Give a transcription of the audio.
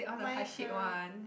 my turn